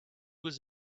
was